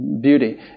beauty